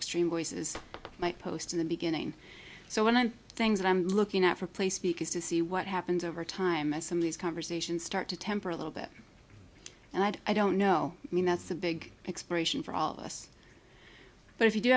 stream voices might post in the beginning so one things that i'm looking at for play speak is to see what happens over time as some of these conversations start to temper a little bit and i don't know i mean that's a big exploration for all of us but if you do